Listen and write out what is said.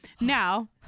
now